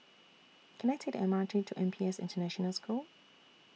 Can I Take The M R T to N P S International School